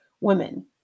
women